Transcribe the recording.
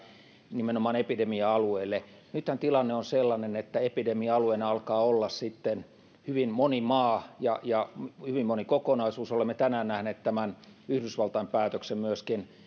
nimenomaan epidemia alueille nythän tilanne on sellainen että epidemia alueena alkaa olla hyvin moni maa ja ja hyvin moni kokonaisuus olemme tänään nähneet myöskin tämän yhdysvaltain päätöksen